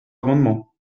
amendement